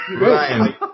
Ryan